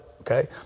Okay